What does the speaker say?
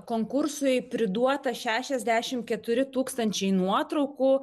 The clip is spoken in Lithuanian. konkursui priduota šešiasdešim keturi tūkstančiai nuotraukų